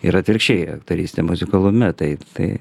ir atvirkščiai aktorystė muzikalume tai tai